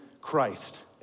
Christ